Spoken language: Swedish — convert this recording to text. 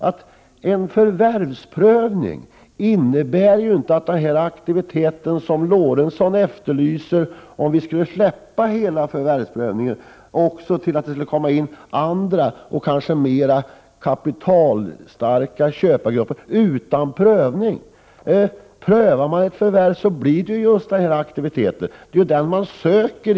Om hela förvärvsprövningen skulle slopas och det skulle komma in andra och kanske mera kapitalstarka köpargrupper, innebär ju inte det mer av den aktivitet som Lorentzon efterlyser. Prövningen syftar ju just till att utröna om det blir den aktivitet som vi vill ha.